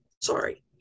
sorry